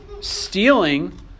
stealing